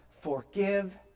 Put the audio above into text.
forgive